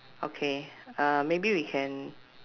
okay uh maybe we can